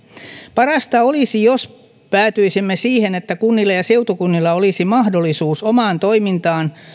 parasta olisi jos päätyisimme siihen että kunnilla ja seutukunnilla olisi mahdollisuus omaan toimintaan